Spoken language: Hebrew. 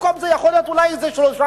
במקום זה יכול להיות אולי איזה שלושה,